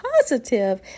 positive